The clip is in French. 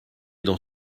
dans